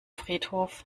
friedhof